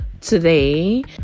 today